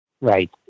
Right